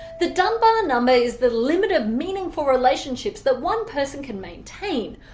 the dunbar number is the limit of meaningful relationships that one person can maintain.